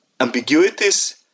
ambiguities